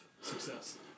success